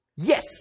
Yes